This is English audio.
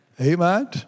Amen